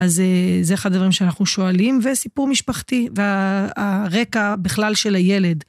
אז זה, זה אחד הדברים שאנחנו שואלים, וסיפור משפחתי והרקע בכלל של הילד.